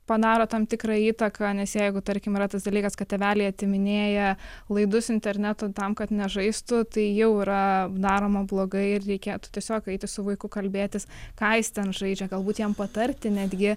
padaro tam tikrą įtaką nes jeigu tarkim yra tas dalykas kad tėveliai atiminėja laidus internetui tam kad nežaistų tai jau yra daroma blogai reikėtų tiesiog eiti su vaiku kalbėtis ką jis ten žaidžia galbūt jam patarti netgi